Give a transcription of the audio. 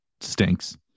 stinks